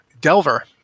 Delver